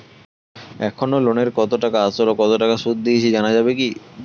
এখনো লোনের কত টাকা আসল ও কত টাকা সুদ দিয়েছি জানা যাবে কি?